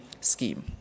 scheme